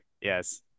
Yes